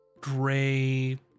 gray